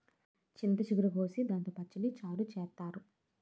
చింత చిగురు కోసి దాంతో పచ్చడి, చారు చేత్తారు